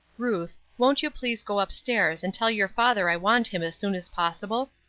ruth, won't you please go up-stairs and tell your father i want him as soon as possible?